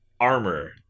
armor